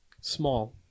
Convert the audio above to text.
Small